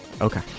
Okay